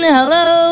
Hello